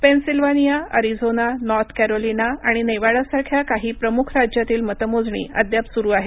Pennsylvania Arizona North Carolina आणि नेवाडासारख्या काही प्रमुख राज्यातील मतमोजणी अद्याप सुरु आहे